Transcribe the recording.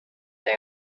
they